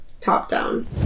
top-down